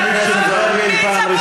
מי צבוע כאן?